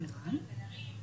אם לא יותר.